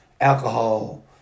alcohol